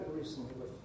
recently